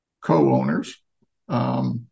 co-owners